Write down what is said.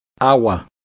Agua